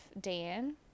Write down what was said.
Dan